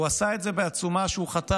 והוא עשה את זה בעצומה שהוא חתם